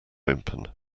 open